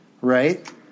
right